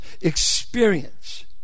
experience